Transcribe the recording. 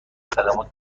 خدمات